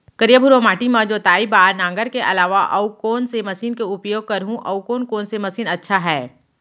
करिया, भुरवा माटी म जोताई बार नांगर के अलावा अऊ कोन से मशीन के उपयोग करहुं अऊ कोन कोन से मशीन अच्छा है?